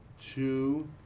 two